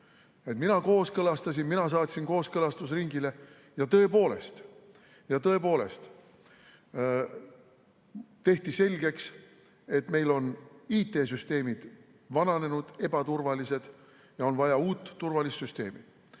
mina kooskõlastasin, mina saatsin kooskõlastusringile. Tõepoolest tehti selgeks, et meil on IT‑süsteemid vananenud, ebaturvalised ja on vaja uut turvalisussüsteemi.